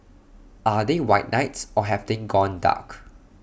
are they white knights or have they gone dark